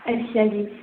ਅੱਛਾ ਜੀ